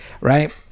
right